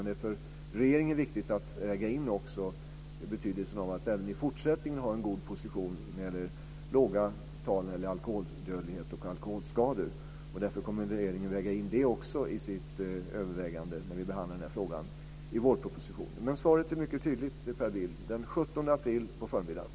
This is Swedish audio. Det är för regeringen viktigt att väga in också betydelsen av att även i fortsättningen ha en god position när det gäller låga tal i alkoholdödlighet och alkoholskador. Därför kommer regeringen att väga in det i sitt övervägande när vi behandlar frågan i vårpropositionen. Svaret är mycket tydligt till Per Bill: Den 17 april på förmiddagen.